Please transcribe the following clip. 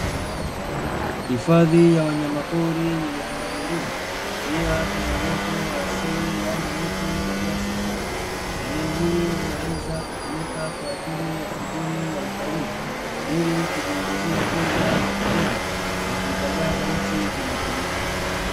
Hifadhi ya wanyama pori yenye pundamilia, pia kuna uoto wa asili yani miti na nyasi fupi. Eneo hili linaweza kutumika kwa ajili ya shughuli ya utalii ili kujiingizia fedha za kigeni na kuitangaza nchi kimataifa.